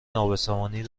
نابسامانی